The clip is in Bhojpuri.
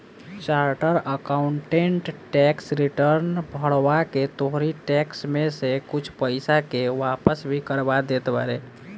चार्टर अकाउंटेंट टेक्स रिटर्न भरवा के तोहरी टेक्स में से कुछ पईसा के वापस भी करवा देत बाने